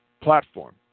Platform